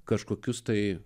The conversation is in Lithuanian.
kažkokius tai